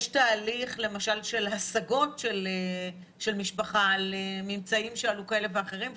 האם יש תהליך למשל של הסגות של משפחה על ממצאים כאלה ואחרים שעלו,